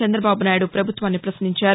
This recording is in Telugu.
చంద్రబాబు నాయుడు ప్రభుత్వాన్ని ప్రశ్నించారు